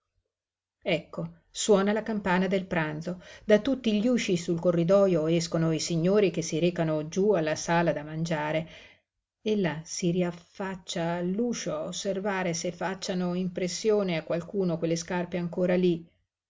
ecco suona la campana del pranzo da tutti gli usci sul corridojo escono i signori che si recano giú alla sala da mangiare ella si riaffaccia all'uscio a osservare se facciano impressione a qualcuno quelle scarpe ancora lí